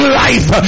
life